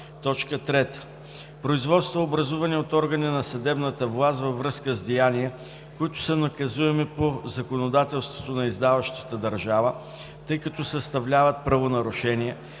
дела; 3. производства, образувани от органи на съдебната власт във връзка с деяния, които са наказуеми по законодателството на издаващата държава, тъй като съставляват правонарушения,